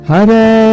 Hare